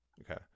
Okay